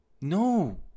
No